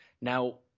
Now